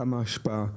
כמה השפעה,